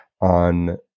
on